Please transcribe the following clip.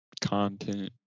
content